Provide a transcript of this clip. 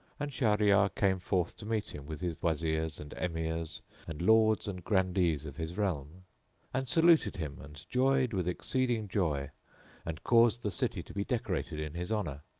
and shahryar came forth to meet him with his wazirs and emirs and lords and grandees of his realm and saluted him and joyed with exceeding joy and caused the city to be decorated in his honour.